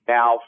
Now